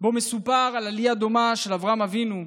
שבה מסופר על עלייה דומה, של אברהם אבינו,